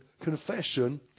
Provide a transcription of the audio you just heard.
confession